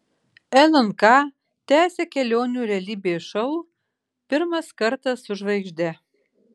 lnk tęsia kelionių realybės šou pirmas kartas su žvaigžde